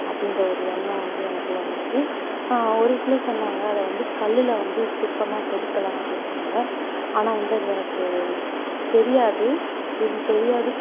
அப்படீன்ற ஒரு எண்ணம் வந்து எனக்குள்ள வந்திச்சு ஒரு சிலர் சொன்னாங்க அதை வந்து கல்லில் வந்து சிற்பமாக செதுக்கலாம் அப்படீனு சொன்னாங்க ஆனால் வந்து அது எனக்கு தெரியாது எனக்கு தெரியாதுக்